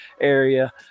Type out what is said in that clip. area